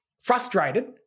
frustrated